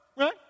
Right